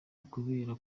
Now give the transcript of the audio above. ukubera